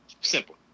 Simple